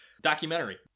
documentary